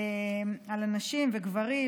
ועל נשים וגברים,